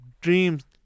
dreams